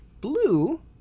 blue